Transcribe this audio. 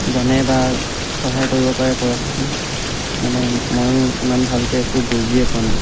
জানে বা সহায় কৰিব পাৰে কৰকচোন মানে ময়ো ইমান ভালকৈ একো বুজিয়ে পোৱা নাই